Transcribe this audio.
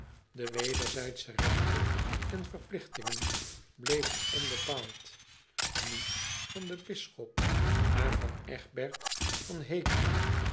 de wederzijdsche regten en verpligtingen bleven onbepaald iet van den bisschop maar van gbert van eeckeren